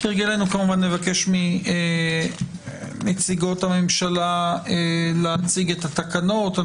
כהרגלנו נבקש מנציגות הממשלה להציג את התקנות.